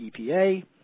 EPA